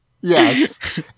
Yes